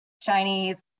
Chinese